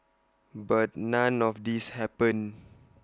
but none of this happened